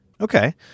Okay